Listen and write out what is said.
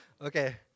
Okay